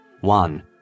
One